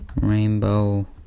Rainbow